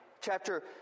chapter